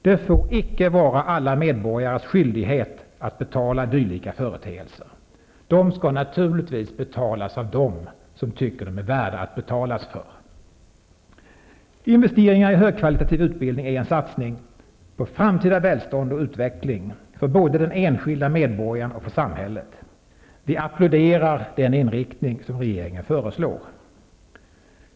Det får icke vara alla medborgares skyldighet att betala dylika företeelser. De skall naturligtvis betalas av dem som finner dem värda att betala för. Investeringar i högkvalitativ utbildning är en satsning på framtida välstånd och utveckling både för den enskilde medborgaren och för samhället. Vi applåderar den inriktning som regeringen föreslår.